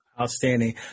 Outstanding